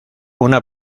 una